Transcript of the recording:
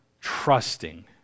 trusting